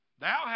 thou